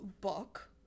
book